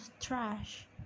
trash